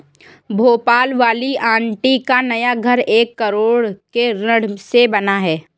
भोपाल वाली आंटी का नया घर एक करोड़ के ऋण से बना है